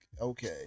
okay